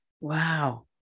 Wow